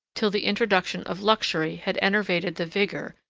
till the introduction of luxury had enervated the vigor,